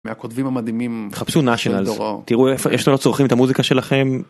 מהכותבים המדהימים חפשו nationals תראו איפה יש לנו צורכים את המוזיקה שלכם.